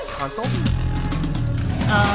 console